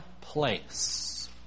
place